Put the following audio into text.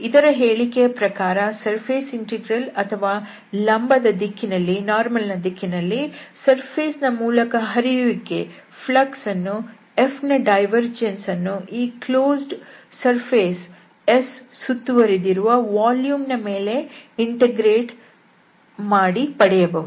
ಇದರ ಹೇಳಿಕೆಯ ಪ್ರಕಾರ ಸರ್ಫೇಸ್ ಇಂಟೆಗ್ರಲ್ ಅಥವಾ ಲಂಬ ದ ದಿಕ್ಕಿನಲ್ಲಿ ಮೇಲ್ಮೈ ಯ ಮೂಲಕ ಹರಿಯುವಿಕೆ ಯನ್ನು Fನ ಡೈವರ್ಜೆನ್ಸ್ ಅನ್ನು ಈ ಕ್ಲೋಸ್ಡ್ ಸರ್ಫೇಸ್ S ಸುತ್ತುವರಿದಿರುವ ವಾಲ್ಯೂಮ್ ನ ಮೇಲೆ ಇಂಟೆಗ್ರೇಟ್ ಮಾಡಿ ಪಡೆಯಬಹುದು